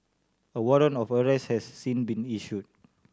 a warrant of arrest has since been issued